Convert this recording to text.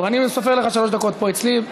אני סופר לך שלוש דקות פה אצלי.